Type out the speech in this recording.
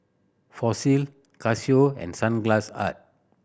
Fossil Casio and Sunglass Hut